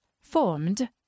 Formed